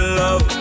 love